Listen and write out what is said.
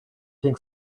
think